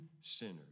sinners